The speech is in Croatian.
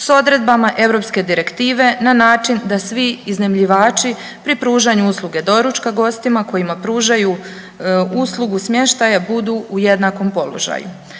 s odredbama europske direktive na način da svi iznajmljivači pri pružanju usluge doručka gostima kojima pružaju uslugu smještaja budu u jednakom položaju.